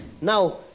Now